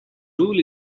rule